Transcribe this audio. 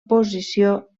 posició